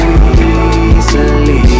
easily